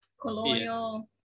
colonial